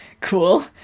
Cool